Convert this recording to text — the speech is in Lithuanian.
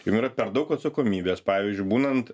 jum yra per daug atsakomybės pavyzdžiui būnant